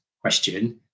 question